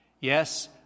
Yes